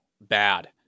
bad